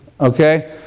Okay